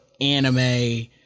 anime